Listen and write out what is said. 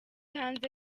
hanze